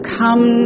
come